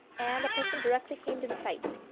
and the person directly came to the site.